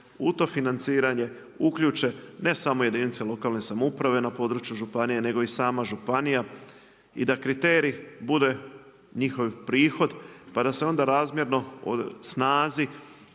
u to financiranje uključe ne samo jedinice lokalne samouprave na području županije nego i sama županija i da kriterij bude njihov prihod pa da se onda razmjerno o snazi